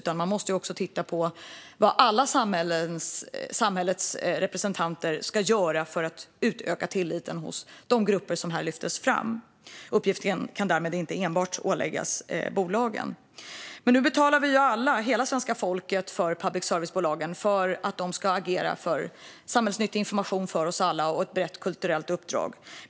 Man måste också titta på vad alla samhällets representanter ska göra för att utöka tilliten hos de grupper som lyftes fram. Uppgiften kan därmed inte enbart åläggas bolagen. Nu betalar vi alla, hela svenska folket, till public service-bolagen, som har ett brett kulturellt uppdrag och ska agera för samhällsnyttig information för oss alla.